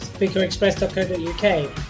SpeakerExpress.co.uk